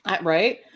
Right